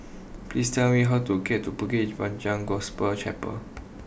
please tell me how to get to Bukit Panjang Gospel Chapel